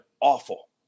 awful